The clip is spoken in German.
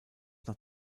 nach